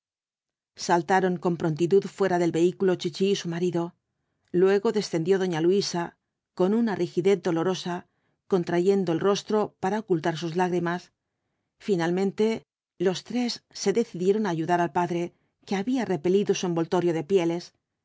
saltaron con prontitud fuera del vehículo chichi y su marido luego descendió doña luisa con una rigidez dolorosa contrayendo el rostro para ocultar sus lágrimas finalmente los tres se decidieron á ayudar al padre que había repelido su envoltorio de pieles